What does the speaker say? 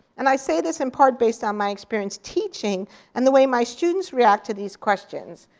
and i say this in part based on my experience teaching and the way my students react to these questions.